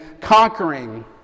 conquering